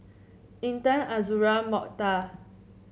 Intan Azura Mokhtar